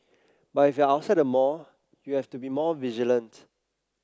but if you are outside the mall you have to be more vigilant